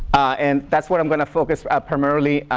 and that's what i'm gonna focus, primarily,